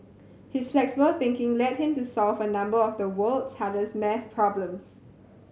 his flexible thinking led him to solve a number of the world's hardest maths problems